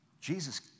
Jesus